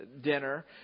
dinner